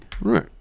Right